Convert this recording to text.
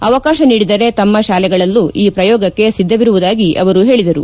ಅವಕಾಶ ನೀಡಿದರೆ ತಮ್ಮ ಶಾಲೆಗಳಲ್ಲೂ ಈ ಪ್ರಯೋಗಕ್ಕೆ ಸಿದ್ದವಿರುವುದಾಗಿ ಹೇಳಿದರು